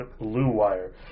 bluewire